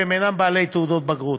והם אינם בעלי תעודת בגרות.